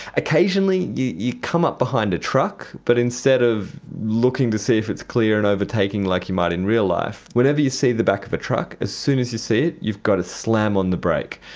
occasionally you you come up behind a truck, but instead of looking to see if it's clear and overtaking like you might in real life, whenever you see the back of a truck, as soon as you see it you've got to slam on the brake.